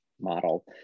model